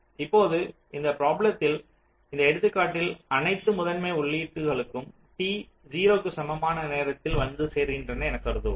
இப்போது இந்த பிராப்ளத்தில் இந்த எடுத்துக்காட்டில் அனைத்து முதன்மை உள்ளீடுகளும் t 0 க்கு சமமான நேரத்தில் வந்து சேர்கின்றன என்று கருதுகிறோம்